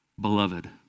beloved